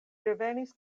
revenis